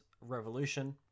revolution